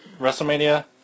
WrestleMania